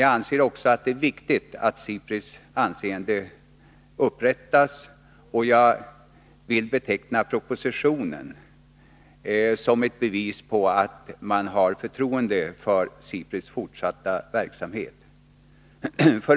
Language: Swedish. Jag anser också att det är viktigt att SIPRI:s anseende upprättas, och jag vill beteckna propositionen som ett bevis på att regeringen har förtroende för SIPRI:s fortsatta verksamhet.